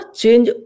change